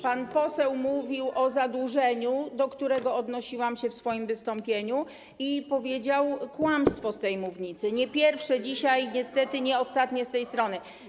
Pan poseł mówił o zadłużeniu, do którego odnosiłam się w swoim wystąpieniu, i powiedział kłamstwo z tej mównicy, nie pierwsze dzisiaj i niestety nie ostatnie z tej strony.